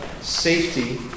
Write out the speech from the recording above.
Safety